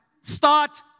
start